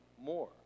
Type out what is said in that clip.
more